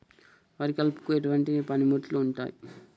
వరి కలుపుకు ఎటువంటి పనిముట్లు ఉంటాయి?